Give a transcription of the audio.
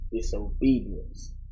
disobedience